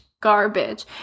garbage